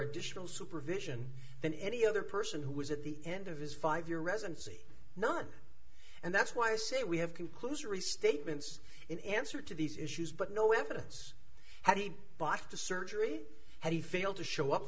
additional supervision than any other person who was at the end of his five year residency not and that's why i say we have conclusory statements in answer to these issues but no evidence how he bought the surgery had he failed to show up